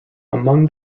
among